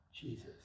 Jesus